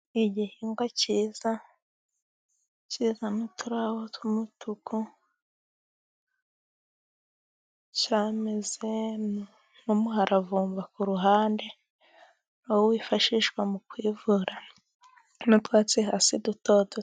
Igihingwa cyiza kizana uturabo tw'umutuku. Cyameze n'umuharavumba ku ruhande, aho wifashishwa mu kwivura n'utwatsi hasi duto duto.